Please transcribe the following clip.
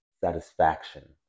satisfaction